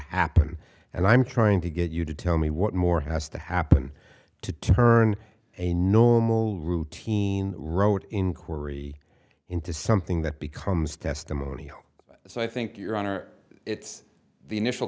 happen and i'm trying to get you to tell me what more has to happen to turn a normal routine rote inquiry into something that becomes testimony so i think your honor it's the initial